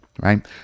right